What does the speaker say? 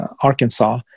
Arkansas